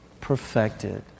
perfected